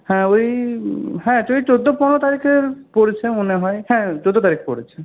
হ্যাঁ ওই হ্যাঁ চোদ্দ পনেরো তারিখের পড়েছে মনে হয় হ্যাঁ চোদ্দ তারিখ পড়েছে